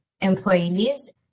employees